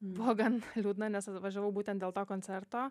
buvo gan liūdna nes atvažiavau būtent dėl to koncerto